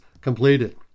completed